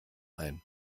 ein